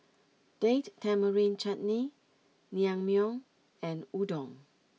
Date Tamarind Chutney Naengmyeon and Udon